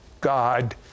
God